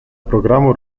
programu